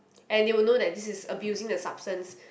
and they will know that this is abusing the substance